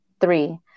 three